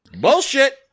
Bullshit